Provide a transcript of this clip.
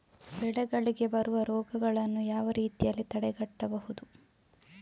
ಬೆಳೆಗಳಿಗೆ ಬರುವ ರೋಗಗಳನ್ನು ಯಾವ ರೀತಿಯಲ್ಲಿ ತಡೆಗಟ್ಟಬಹುದು?